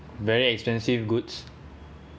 very expensive goods